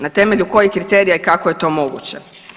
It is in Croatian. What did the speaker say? Na temelju kojih kriterija i kako je to moguće?